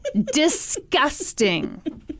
Disgusting